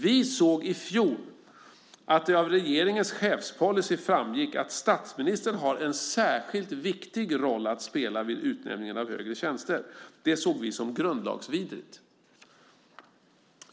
Vi såg i fjol att det av regeringens chefspolicy framgick att statsministern har en särskilt viktig roll att spela vid utnämningen av högre tjänster. Det såg vi som grundlagsvidrigt.